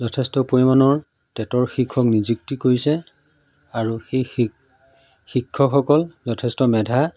যথেষ্ট পৰিমাণৰ টেটৰ শিক্ষক নিযুক্তি কৰিছে আৰু সেই শি শিক্ষকসকল যথেষ্ট মেধা